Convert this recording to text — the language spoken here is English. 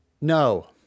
No